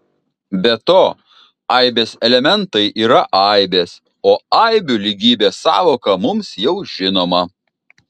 be to aibės elementai yra aibės o aibių lygybės sąvoka mums jau žinoma